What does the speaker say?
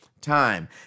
time